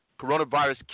coronavirus